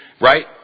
Right